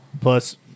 Plus